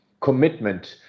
commitment